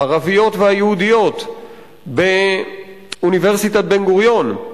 הערביות והיהודיות באוניברסיטת בן-גוריון.